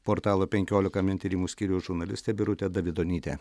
portalo penkiolika min tyrimų skyriaus žurnalistė birutė davidonytė